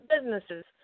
businesses